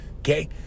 Okay